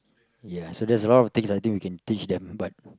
ya so there's a lot of things I think we can teach them but